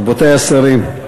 רבותי השרים,